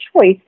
choice